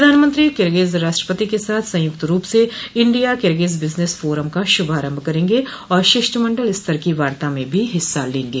प्रधानमंत्री किर्गिज राष्ट्रपति के साथ संयुक्त रूप से इंडिया किर्गिज बिजनेस फोरम का शुभारंभ करेंगे और और शिष्टमंडल स्तर की वार्ता में भी हिस्सा लेंगे